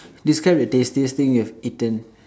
describe the tastiest thing you have eaten